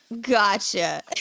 Gotcha